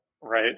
right